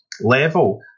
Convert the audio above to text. level